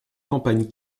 campagne